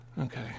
Okay